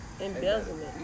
Embezzlement